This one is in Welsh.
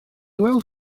weld